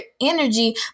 energy